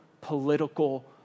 political